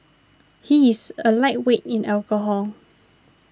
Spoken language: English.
he is a lightweight in alcohol